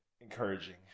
encouraging